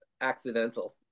accidental